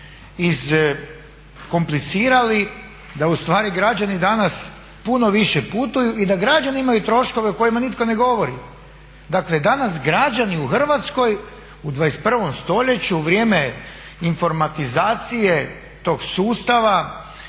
iskomplicirali, da ustvari građani danas puno više putuju i da građani imaju troškove o kojima nitko ne govori. Dakle, danas građani u Hrvatskoj u 21. stoljeću u vrijeme informatizacije tog sustava